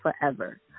forever